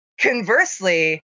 conversely